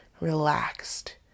relaxed